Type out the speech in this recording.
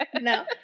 No